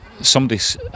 somebody's